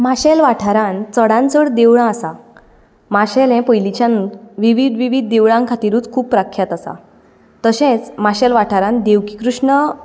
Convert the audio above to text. माशेल वाठारांत चडांत चड देवळां आसा माशेल हें पयलींच्यान विविध विविध देवळां खातीरूच खूब प्राक्यात आसा तशेंच माशेल वाठारांत देवकीकृष्ण